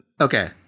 Okay